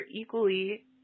equally